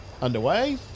underway